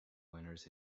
winners